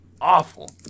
awful